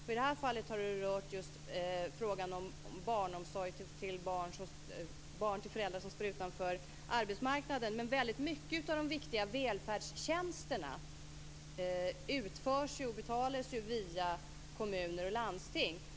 I detta fall har det rört just frågan om barnomsorg till barn vilkas föräldrar står utanför arbetsmarknaden. Men väldigt många av de viktiga välfärdstjänsterna utförs ju och betalas via kommuner och landsting.